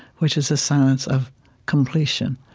which is a silence of completion,